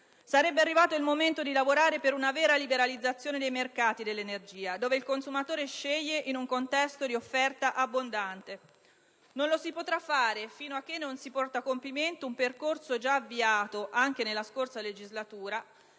Sarebbe arrivato il momento di lavorare per una vera liberalizzazione dei mercati dell'energia, in cui il consumatore sceglie in un contesto di offerta abbondante; ma non lo si potrà fare fino a che non si porterà a compimento un percorso già avviato anche nella scorsa legislatura